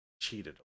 cheated